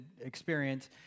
experience